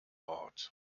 ort